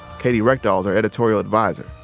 katy reckdahl is our editorial advisor.